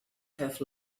have